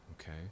okay